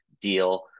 deal